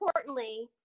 importantly